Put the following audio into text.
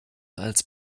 als